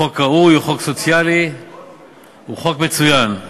הוא חוק ראוי, הוא חוק סוציאלי, הוא חוק מצוין.